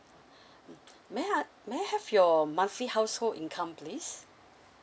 may I a~ may I have your monthly household income please